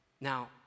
Now